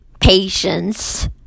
patience